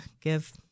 give